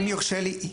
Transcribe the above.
אם יורשה לי,